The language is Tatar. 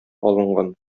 алынган